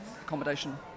accommodation